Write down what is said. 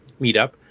meetup